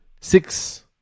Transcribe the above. six